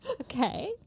Okay